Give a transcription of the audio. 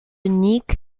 nick